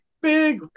big